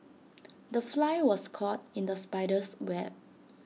the fly was caught in the spider's web